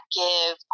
give